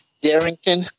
Darrington